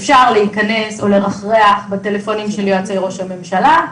אפשר להיכנס או לרחרח בטלפונים של יועצי ראש הממשלה,